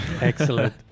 excellent